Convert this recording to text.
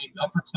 upper